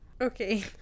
Okay